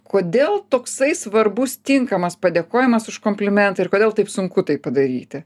kodėl toksai svarbus tinkamas padėkojimas už komplimentą ir kodėl taip sunku tai padaryti